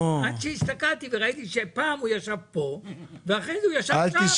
עד שהסתכלתי וראיתי שפעם הוא ישב כאן ואחר כך הוא ישב כאן.